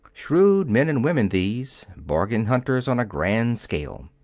shrewd men and women, these bargain hunters on a grand scale.